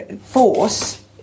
force